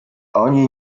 oni